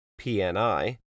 PNI